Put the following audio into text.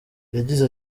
yagize